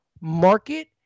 market